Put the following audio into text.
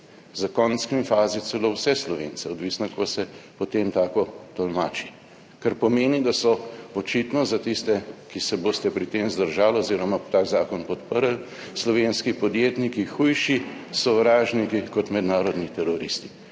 v končni fazi celo za vse Slovence, odvisno, kako se potem to tolmači, kar pomeni, da so očitno za tiste, ki se boste pri tem vzdržali oziroma ta zakon podprli, slovenski podjetniki hujši sovražniki kot mednarodni teroristi.